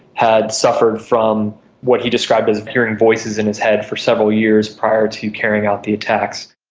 had suffered from what he described as hearing voices in his head for several years prior to carrying out the attacks.